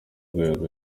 rwego